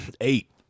Eight